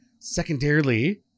Secondarily